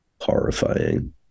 horrifying